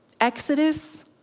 Exodus